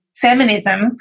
feminism